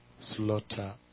Slaughter